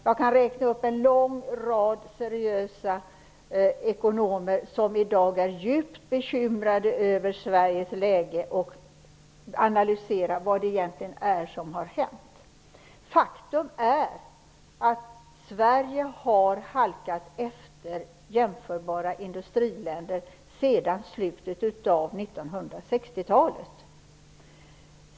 Jag kan räkna upp en lång rad seriösa ekonomer som i dag är djupt bekymrade över Sveriges läge och analyserar vad det egentligen är som har hänt. Faktum är att Sverige har halkat efter jämförbara industriländer sedan slutet av 1960-talet.